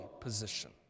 position